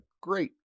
great